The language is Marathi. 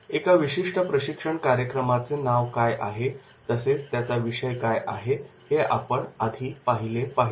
एका विशिष्ट प्रशिक्षण कार्यक्रमाचे नाव काय आहे तसेच त्याचा विषय काय आहे हे आपण पाहिले पाहिजे